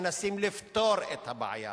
והם מנסים לפתור את הבעיה